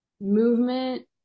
Movement